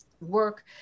work